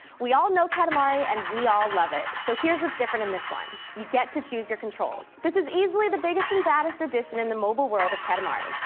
we all know katamari and we all love it, so here's what's different in this one. you get to choose your controls this is easily the biggest and baddest edition in this mobile world of katamari.